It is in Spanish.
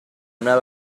una